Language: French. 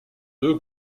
deux